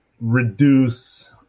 reduce